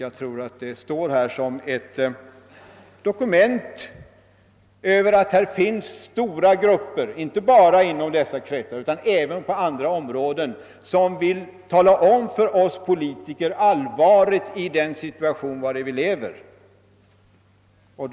Jag tror det står som ett dokument över att det finns stora grupper inte bara inom dessa kretsar utan även på andra områden som för oss politiker vill betona allvaret i den situation vi lever i.